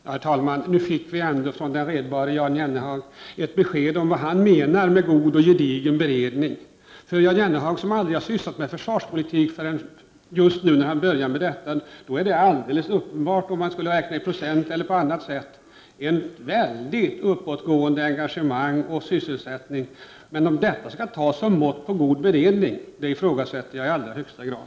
Herr talman! Nu fick vi ändå från den redbare Jan Jennehag ett besked om vad han menar med god och gedigen beredning. För Jan Jennehag, som aldrig har sysslat med försvarspolitik förrän just nu då han har börjat med detta, är det alldeles uppenbart, vare sig man skall räkna i procent eller på annat sätt, att engagemang och sysselsättning varit väldigt uppåtgående. Men att detta skall tas som mått på god beredning, det ifrågasätter jag i allra högsta grad.